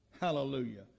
Hallelujah